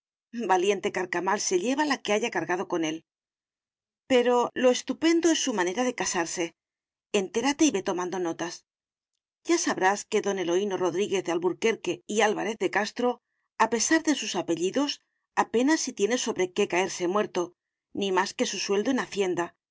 carcamal se lleva la que haya cargado con él pero lo estupendo es su manera de casarse entérate y ve tomando notas ya sabrás que don eloíno rodríguez de alburquerque y álvarez de castro a pesar de sus apellidos apenas si tiene sobre qué caerse muerto ni más que su sueldo en hacienda